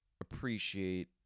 appreciate